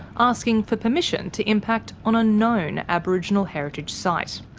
asking for permission to impact on a known aboriginal heritage site.